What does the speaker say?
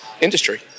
industry